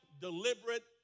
deliberate